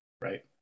right